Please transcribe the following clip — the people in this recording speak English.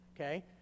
okay